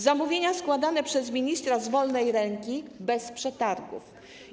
Zamówienia będą składane przez ministra z wolnej ręki, bez przetargów.